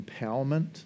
empowerment